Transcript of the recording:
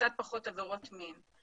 ופחות עבירות מין.